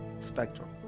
spectrum